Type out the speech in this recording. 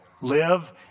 live